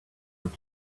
what